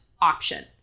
option